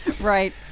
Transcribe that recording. Right